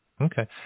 Okay